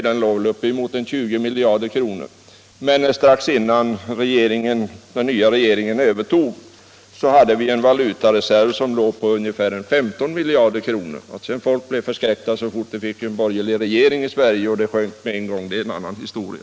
Den låg väl på uppemot 20 miljarder. Men strax innan den nya regeringen övertog hade vi en valutareserv på 15 miljarder. Att sedan människor blev förskräckta så fort vi fick en borgerlig regering i Sverige och reserverna sjönk på en gång — det är en annan historia.